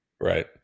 right